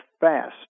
fast